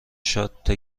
شات